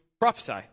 prophesy